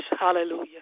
Hallelujah